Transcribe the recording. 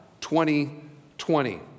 2020